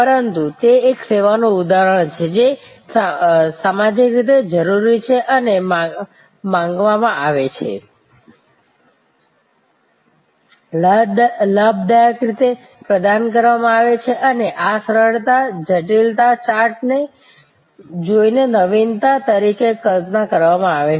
પરંતુ તે એક સેવાનું ઉદાહરણ છે જે સામાજિક રીતે જરૂરી છે અને માંગવામાં આવે છે લાભદાયક રીતે પ્રદાન કરવામાં આવે છે અને આ સરળતા જટિલતા ચાર્ટને જોઈને નવીનતા તરીકે કલ્પના કરવામાં આવે છે